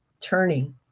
turning